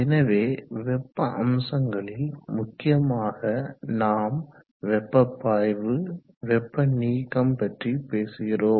எனவே வெப்ப அம்சங்களில் முக்கியமாக நாம் வெப்ப பாய்வு வெப்ப நீக்கம் பற்றி பேசுகிறோம்